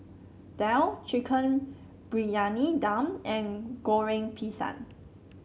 daal Chicken Briyani Dum and Goreng Pisang